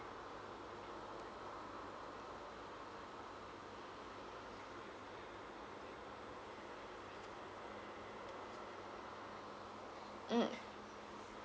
mm